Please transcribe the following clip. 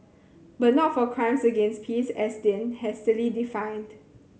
but not for crimes against peace as then hastily defined